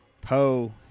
Poe